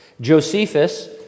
Josephus